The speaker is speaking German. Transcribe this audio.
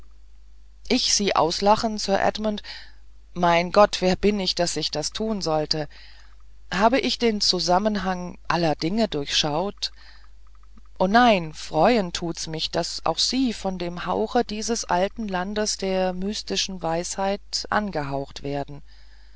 ich sie auslachen sir edmund mein gott wer bin ich daß ich das tun sollte habe ich den zusammenhang aller dinge durchschaut o nein freuen tu ich mich daß auch sie von dem hauche dieses alten landes der mystischen weisheit angeweht werden